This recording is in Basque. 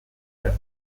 behar